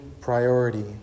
priority